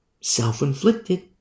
Self-inflicted